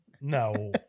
No